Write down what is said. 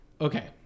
Okay